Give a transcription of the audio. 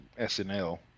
SNL